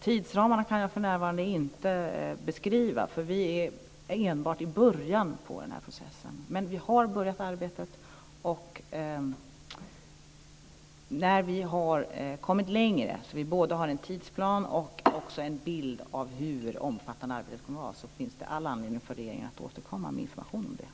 Tidsramarna kan jag för närvarande inte beskriva, för vi är enbart i början av processen. Men vi har påbörjat arbetet, och när vi har kommit längre och både har en tidsplan och en bild av hur omfattande arbetet kommer att vara så finns det all anledning för regeringen att återkomma med information om detta.